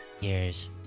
years